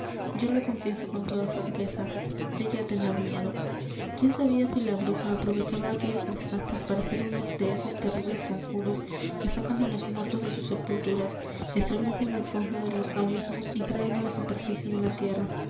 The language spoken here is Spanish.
yo lo confieso con toda franqueza llegué á tener miedo quién sabía si la bruja aprovechaba aquellos instantes para hacer uno de esos terribles conjuros que sacan á los muertos de sus sepulturas estremecen el fondo de los abismos y traen á la superficie de la tierra